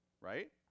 Right